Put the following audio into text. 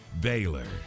Baylor